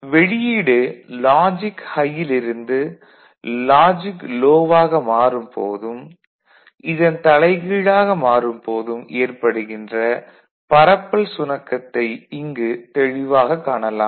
வெளியீடு லாஜிக் ஹையில் இருந்து லோ ஆக மாறும் போதும் இதன் தலைகீழாக மாறும் போதும் ஏற்படுகின்ற பரப்பல் சுணக்கத்தை இங்கு தெளிவாகக் காணலாம்